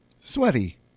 Sweaty